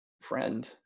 Friend